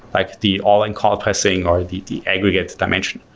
like the all encompassing, or the the aggregate dimension.